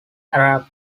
arab